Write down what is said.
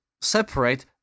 separate